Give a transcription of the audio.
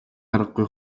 аргагүй